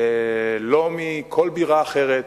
לא מכל בירה אחרת,